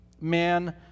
man